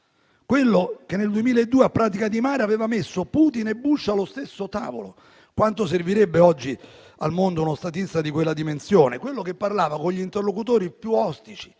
quello che nel 2002 a Pratica di Mare aveva messo Putin e Bush allo stesso tavolo. Quanto servirebbe oggi al mondo uno statista di quella dimensione, quello che parlava con gli interlocutori più ostici,